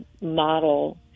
model